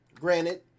granted